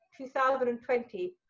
2020